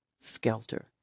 Skelter